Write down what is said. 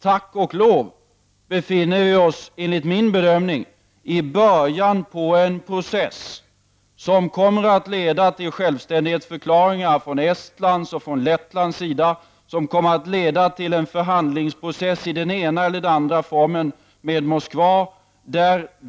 Tack och lov befinner vi oss enligt min bedömning i början på en process som kommer att leda till självständighetsförklaringar från Estlands och från Lettlands sida som kommer att följas av en förhandlingsprocess i den ena eller andra formen med Moskva.